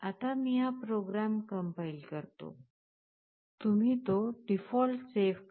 आता मी हा प्रोग्राम compile करतो तुम्ही तो डिफॉल्ट सेव्ह करा